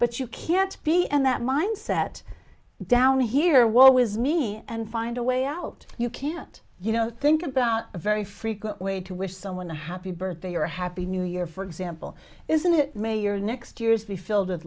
but you can't be in that mindset down here wall with me and find a way out you can't you know think about a very frequent way to wish someone a happy birthday or a happy new year for example isn't it may your next years be filled with